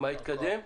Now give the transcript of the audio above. מה התקדם.